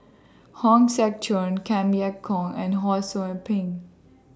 Hong Sek Chern Kam Kee Yong and Ho SOU Ping